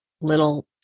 little